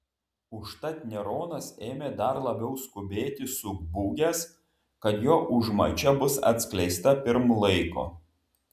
užtat neronas ėmė dar labiau skubėti subūgęs kad jo užmačia bus atskleista pirm laiko